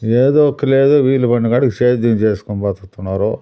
ఏదో ఒక లేదు వీలు పడినకాడికి సేద్యం చేసుకొని బతుకుతున్నారు